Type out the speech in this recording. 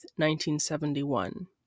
1971